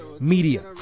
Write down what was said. Media